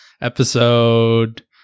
episode